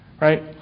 right